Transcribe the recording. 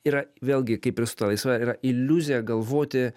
yra vėlgi kaip ir su ta laisva yra iliuzija galvoti